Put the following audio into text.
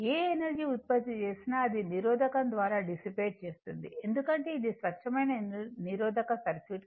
ఏ energy ఉత్పత్తి చేసినా అది నిరోధకం ద్వారా డిసిపేట్ చేస్తుంది ఎందుకంటే ఇది స్వచ్ఛమైన నిరోధక సర్క్యూట్